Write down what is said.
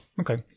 Okay